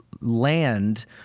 land